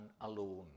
alone